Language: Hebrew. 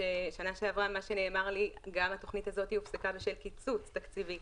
שנה שעברה נאמר לי שגם התוכנית הזו הופסקה בשל קיצוץ תקציבי.